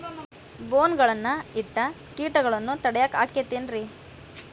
ಬೋನ್ ಗಳನ್ನ ಇಟ್ಟ ಕೇಟಗಳನ್ನು ತಡಿಯಾಕ್ ಆಕ್ಕೇತೇನ್ರಿ?